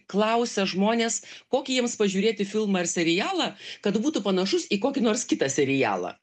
klausia žmonės kokį jiems pažiūrėti filmą ar serialą kad būtų panašus į kokį nors kitą serialą